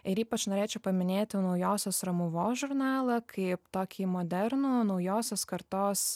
ir ypač norėčiau paminėti naujosios romuvos žurnalą kaip tokį modernų naujosios kartos